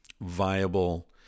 viable